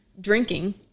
drinking